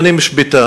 ואני משפטן,